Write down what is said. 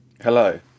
Hello